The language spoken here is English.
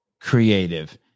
creative